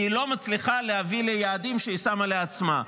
כי היא לא מצליחה להביא ליעדים שהיא שמה לעצמה.